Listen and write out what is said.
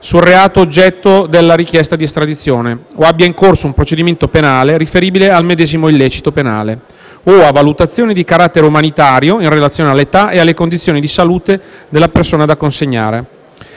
sul reato oggetto della richiesta di estradizione o abbia in corso un procedimento penale riferibile al medesimo illecito penale, o a valutazioni di carattere umanitario in relazione all'età e alle condizioni di salute della persona da consegnare.